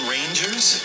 Rangers